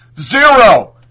Zero